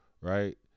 right